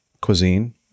cuisine